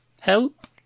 Help